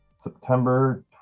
September